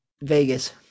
Vegas